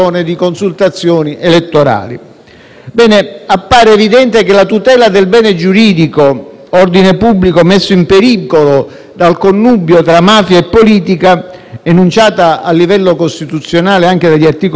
Appare evidente la tutela del bene giuridico ordine pubblico, messo in pericolo dal connubio tra mafia e politica, enunciata a livello costituzionale anche degli articoli 48 e 51 della Costituzione,